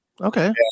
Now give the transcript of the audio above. Okay